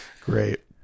Great